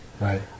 Right